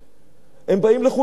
הם באים לחוליות חלשות.